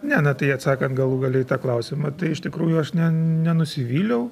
ne na tai atsakant galų gale į tą klausimą tai iš tikrųjų aš ne nenusivyliau